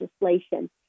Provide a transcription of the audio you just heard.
legislation